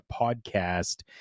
Podcast